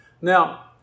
Now